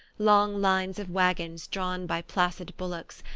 long lines of wagons drawn by placid bullocks,